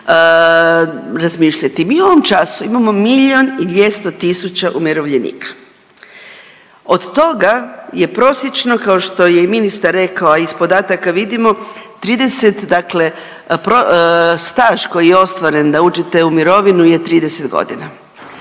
razmišljati. Mi u ovom času imamo milijun i 200 tisuća umirovljenika, od toga je prosječno, kao što je i ministar rekao, a iz podataka vidimo, 30 dakle staž koji je ostvaren da uđete u mirovinu je 30.g.